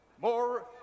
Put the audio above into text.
more